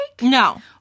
No